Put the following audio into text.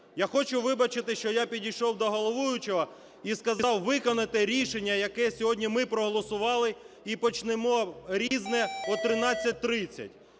Я хочу вибачитись, що я підійшов до головуючого і сказав виконати рішення, яке сьогодні ми проголосували, і почнемо "Різне" о 13:30.